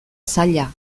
zaila